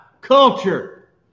culture